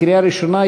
לקריאה ראשונה.